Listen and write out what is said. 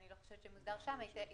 אני לא חושבת שמוסדר שם.